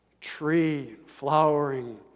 tree-flowering